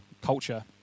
culture